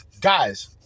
Guys